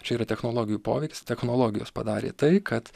čia yra technologijų poveikis technologijos padarė tai kad